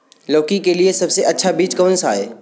लौकी के लिए सबसे अच्छा बीज कौन सा है?